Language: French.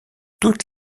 toutes